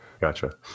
gotcha